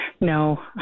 No